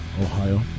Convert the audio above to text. Ohio